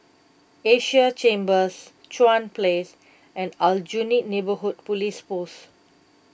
Asia Chambers Chuan Place and Aljunied Neighbourhood Police Post